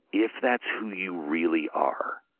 if that's who you really are.